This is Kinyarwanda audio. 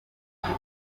buryo